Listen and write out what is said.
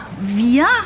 Wir